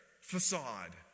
facade